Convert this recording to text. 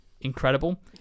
incredible